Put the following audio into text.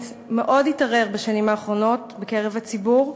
מאוד התערער בשנים האחרונות בקרב הציבור,